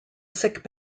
sick